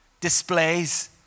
displays